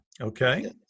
Okay